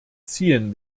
ziehen